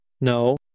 No